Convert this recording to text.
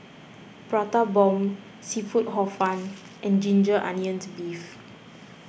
Prata Bomb Seafood Hor Fun and Ginger Onions Beef